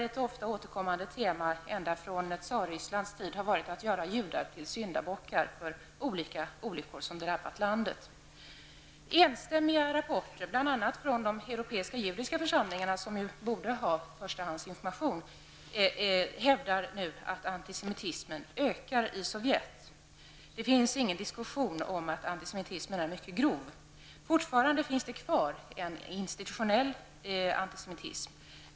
Ett ofta återkommande tema ända sedan tsartiden har varit att göra judar till syndabockar för olika olyckor som drabbat landet. Enstämmiga rapporter bl.a. från de europeiska judiska församlingarna, som borde ha förstahandsinformation, visar att antisemitismen nu ökar i Sovjet. Det råder inget tvivel om att antisemitismen är mycket grov. Det finns fortfarande kvar en institutionell antisemitism.